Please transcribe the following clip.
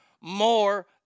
more